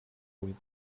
with